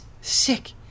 sick